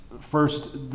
First